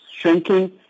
shrinking